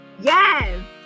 Yes